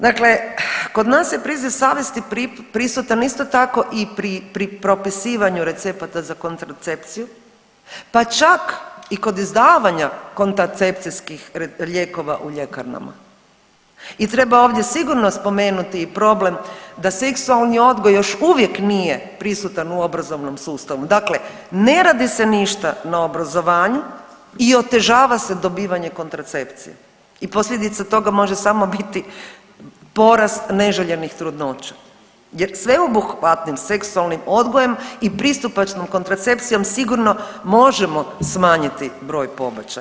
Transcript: Dakle, kod nas je priziv savjesti prisutan, isto tako i pri propisivanju recepata za kontracepciju pa čak i kod izdavanja kontracepcijskih lijekova u ljekarnama i treba ovdje sigurno spomenuti i problem da seksualni odgoj još uvijek nije prisutan u obrazovnom sustavu, dakle ne radi se ništa na obrazovanju i otežava se dobivanje kontracepcije i posljedica toga može samo biti porast neželjenih trudnoća jer sveobuhvatnim seksualnim odgojem i pristupačnom kontracepcijom sigurno možemo smanjiti broj pobačaja.